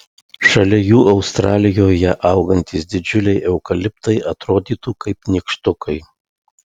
šalia jų australijoje augantys didžiuliai eukaliptai atrodytų kaip nykštukai